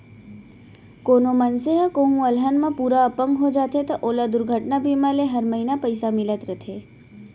कोनों मनसे ह कोहूँ अलहन म पूरा अपंग हो जाथे त ओला दुरघटना बीमा ले हर महिना पइसा मिलत रथे